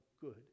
good